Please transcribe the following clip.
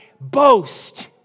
boast